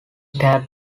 had